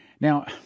Now